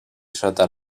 sota